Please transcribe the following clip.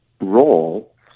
role